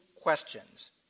questions